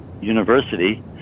University